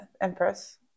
Empress